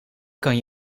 kan